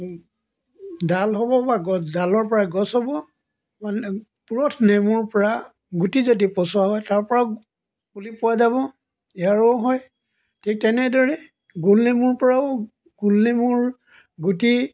ডাল হ'ব বা গছ ডালৰ পৰা গছ হ'ব মানে পুৰঠ নেমুৰ পৰা গুটি যদি পচোৱা হয় তাৰ পৰা পুলি পোৱা যাব ইয়াৰো হয় ঠিক তেনেদৰে গুল নেমুৰ পৰাও গুল নেমুৰ গুটি